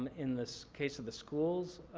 um in this case of the schools,